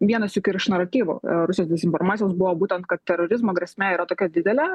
vienas juk ir iš naratyvų rusijos dezinformacijos buvo būtent kad terorizmo grėsmė yra tokia didelė